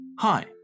Hi